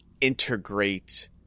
integrate